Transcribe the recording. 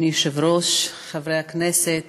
אדוני היושב-ראש, חברי הכנסת,